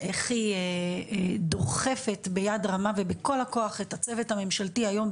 איך היא דוחפת ביד רמה ובכל הכוח את הצוות הממשלתי היום,